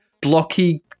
blocky